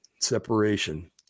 separation